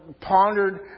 pondered